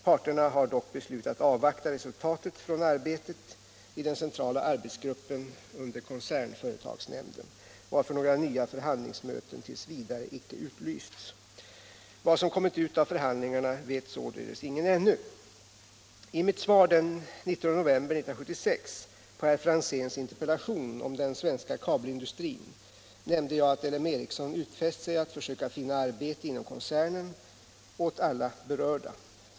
Parterna har dock beslutat avvakta resultatet från arbetet i den centrala arbetsgruppen under koncernföretagsnämnden, varför några nya förhandlingsmöten t. v. icke utlysts. Vad som kommer ut av förhandlingarna vet således ingen ännu. I mitt svar den 19 november 1976 på herr Franzéns interpellation om den svenska kabelindustrin nämnde jag att L M Ericsson utfäst sig att försöka finna arbete inom koncernen åt alla då berörda.